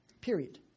period